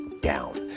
down